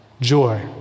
Joy